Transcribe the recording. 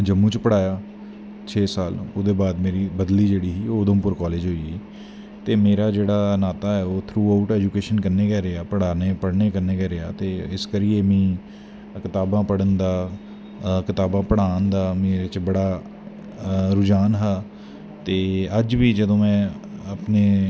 जम्मू च पढ़ाया छे साल ओह्दै बाद बदली मेरी उधमपुर कालेज़ होई ते मेरा जेह्ड़ा नाता ऐ ओह् थ्रो ऑउट ऐजुकेशन कन्नै गै रेहा पढ़ाने पढ़ने कन्नै गै रेहा ते इस करियै में कताबां पढ़न दा कताबां पढ़ान दा मेरे च बड़ा रुझान हा ते अज्ज बी जदू में अपने